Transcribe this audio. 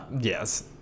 Yes